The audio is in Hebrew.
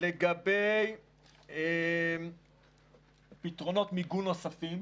לגבי פתרונות מיגון נוספים.